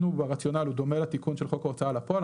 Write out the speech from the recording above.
ברציונל הוא דומה לתיקון של חוק ההוצעה לפועל,